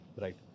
right